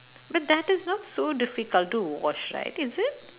but that is not so difficult to wash right is it